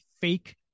fake